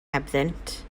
hebddynt